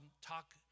talk